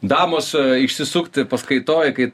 damos išsisukti paskaitoj kai